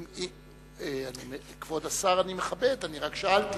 את כבוד השר אני מכבד, אני רק שאלתי